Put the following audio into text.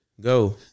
Go